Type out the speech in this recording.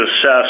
assess